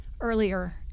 earlier